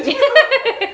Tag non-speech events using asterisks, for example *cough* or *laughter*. *laughs*